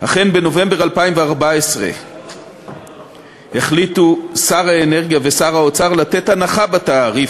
אכן בנובמבר 2014 החליטו שר האנרגיה ושר האוצר לתת הנחה בתעריף